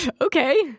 okay